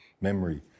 memory